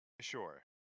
Sure